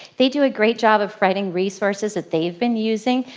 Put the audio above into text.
they do a great job of writing resources that they've been using.